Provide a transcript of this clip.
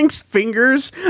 fingers